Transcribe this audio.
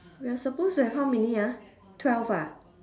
we are supposed to have how many ah twelve ah